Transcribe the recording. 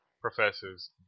professors